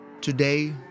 Today